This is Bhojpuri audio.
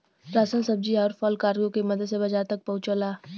राशन सब्जी आउर फल कार्गो के मदद से बाजार तक पहुंचला